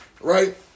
Right